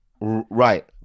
Right